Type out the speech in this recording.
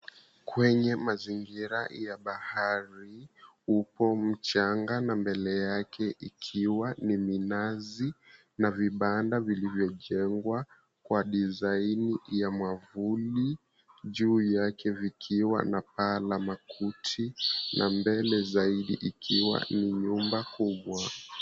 Kwenye mazingira ya bahari upo mchanga na mbele yake ikiwa ni minazi na vibanda vilivyojengwa kwa dizaini ya mwavuli juu yake vikiwa na paa la makuti na mbele zaidi ikiwa ni nyumba kubwa.